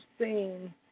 seen